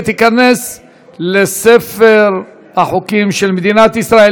ותיכנס לספר החוקים של מדינת ישראל.